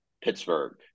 Pittsburgh